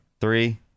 three